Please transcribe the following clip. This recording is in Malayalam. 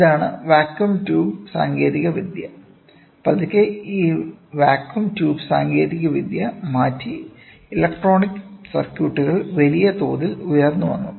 ഇതാണ് വാക്വം ട്യൂബ് സാങ്കേതികവിദ്യ പതുക്കെ ഈ വാക്വം ട്യൂബ് സാങ്കേതികവിദ്യ മാറ്റി ഇലക്ട്രോണിക് സർക്യൂട്ടുകൾ വലിയ തോതിൽ ഉയർന്നുവന്നു